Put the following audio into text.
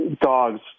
dogs